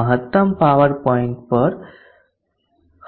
મહત્તમ પાવર પર operating point